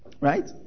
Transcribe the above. Right